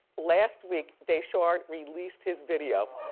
last week daeshard released his video.